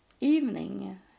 evening